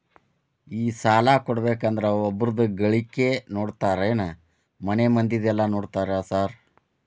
ಈ ಸಾಲ ಕೊಡ್ಬೇಕಂದ್ರೆ ಒಬ್ರದ ಗಳಿಕೆ ನೋಡ್ತೇರಾ ಏನ್ ಮನೆ ಮಂದಿದೆಲ್ಲ ನೋಡ್ತೇರಾ ಸಾರ್?